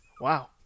Wow